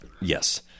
Yes